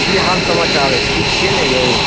की हाल समाचार अछि ठीक छियै ने यौ